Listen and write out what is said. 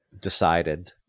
decided